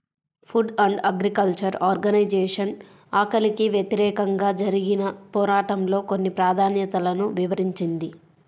food and Agriculture Organization ఆకలికి వ్యతిరేకంగా జరిగిన పోరాటంలో కొన్ని ప్రాధాన్యతలను వివరించింది